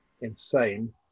insane